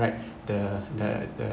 right the the the